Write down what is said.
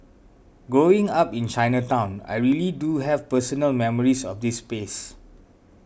growing up in Chinatown I really do have personal memories of this space